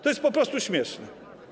To jest po prostu śmieszne.